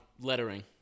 lettering